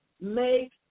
make